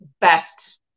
best